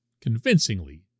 convincingly